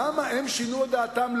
למה הם שינו את דעתם,